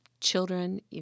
children